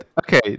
okay